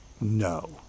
no